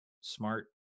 smart